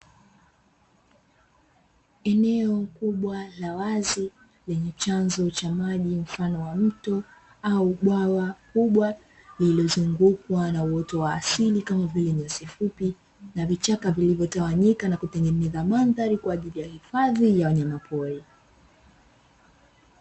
Eneo kubwa la wazi lenye chanzo cha maji mfano wa mto au bwawa kubwa, lililozungukwa na uoto wa asili kama vile nyasi fupi na vichaka vilivyotawanyika na kutengeneza mandhari kwa ajili ya hifadhi ya wanyamapori.